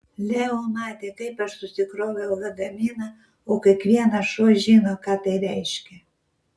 leo matė kaip aš susikroviau lagaminą o kiekvienas šuo žino ką tai reiškia